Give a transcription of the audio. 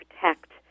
protect